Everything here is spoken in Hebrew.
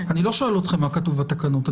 אני שואל אתכם מה כתוב בתקנות.